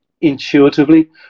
intuitively